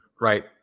right